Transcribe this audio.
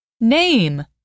Name